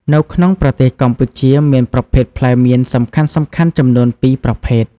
នៅក្នុងប្រទេសកម្ពុជាមានប្រភេទផ្លែមៀនសំខាន់ៗចំនួន ពីរប្រភេទ។